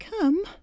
come